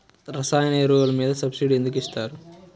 రసాయన ఎరువులు మీద సబ్సిడీ ఎందుకు ఇస్తారు?